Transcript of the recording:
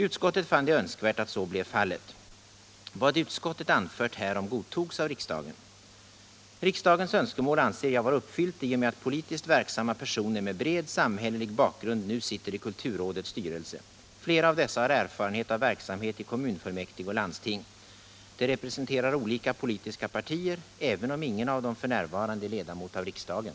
Utskottet fann det önsk 18 oktober 1977 värt att så blev fallet. Vad utskottet anfört härom godtogs av riksdagen. Riksdagens önskemål anser jag vara uppfyllt i och med att politiskt Om sammansättverksamma personer med bred samhällelig bakgrund nu sitter i kultur — ningen av styrelsen rådets styrelse. Flera av dessa har erfarenhet av verksamhet i kommun = för statens kulturfullmäktige och landsting. De representerar olika politiska partier även råd om ingen av dem f.n. är ledamot av riksdagen.